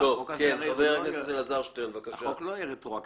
תשעה מתוכם היו תלמידי בית ספר שחזרו באותו יום הביתה.